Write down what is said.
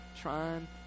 trying